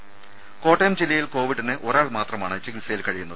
് കോട്ടയം ജില്ലയിൽ കൊവിഡിന് ഒരാൾ മാത്രമാണ് ചികിത്സയിൽ കഴിയുന്നത്